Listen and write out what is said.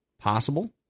possible